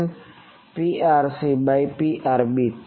Prc by Prb